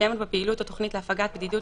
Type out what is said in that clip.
שמתקיימת בו פעילות או תוכנית להפגת בדידות